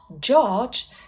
George